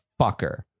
fucker